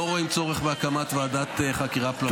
לא רואים צורך בהקמת ועדת חקירה פרלמנטרית.